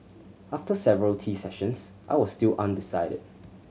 after several tea sessions I was still undecided